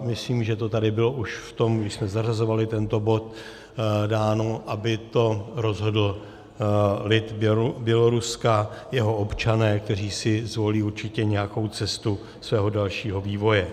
Myslím, že to tady bylo už v tom, když jsme zařazovali tento bod ráno, aby to rozhodl lid Běloruska, jeho občané, kteří si zvolí určitě nějakou cestu svého dalšího vývoje.